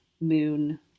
moon